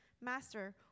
master